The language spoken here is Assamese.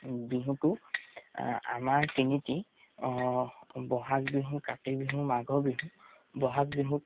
বিহুটো আমাৰ তিনিটি বহাগ বিহু কাতি বিহু মাঘৰ বিহু বহাগ বিহুত